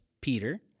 Peter